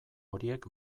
horiek